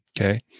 okay